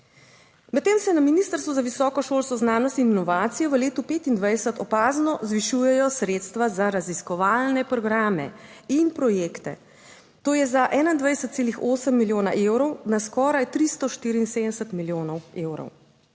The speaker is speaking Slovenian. Medtem se na ministrstvu za visoko šolstvo, znanost in inovacije v letu 2025 opazno zvišujejo sredstva za raziskovalne programe in projekte. To je za 21,8 milijona evrov, na skoraj 374 milijonov evrov.